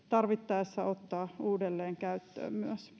tarvittaessa ottaa myös uudelleen käyttöön